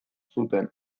zuten